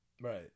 Right